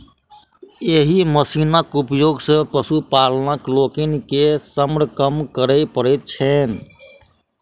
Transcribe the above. एहि मशीनक उपयोग सॅ पशुपालक लोकनि के श्रम कम करय पड़ैत छैन